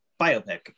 biopic